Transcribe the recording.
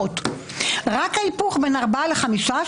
רק ההיפוך בין ארבעה לחמישה,